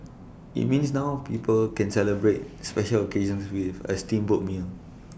IT means now people can celebrate special occasions with A steamboat meal